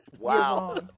Wow